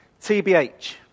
TBH